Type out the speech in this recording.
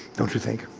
don't you think?